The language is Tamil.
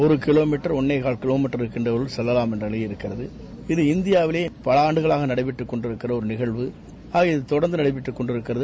ஒரு கிலோ கிலோமீட்டர ஒன்னேகால் கிலோமீட்டர் இருக்கிக்னறவர்கள் செல்லலாம் என்ற நிலை இருக்கிறது இது இந்தியாவிலேயே பல ஆண்டுகளாக நடைபெற்றுக் கொண்டிருக்கிற ஒரு நிகழ்வு ஆகவே இது கொடர்ந்து நடைபெற்றுக் கொண்டிருக்கிறது